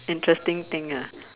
interesting thing ah